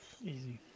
Easy